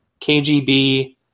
KGB